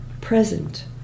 present